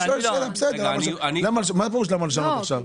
אני שואל שאלה, מה פירוש למה לשנות עכשיו?